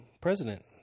president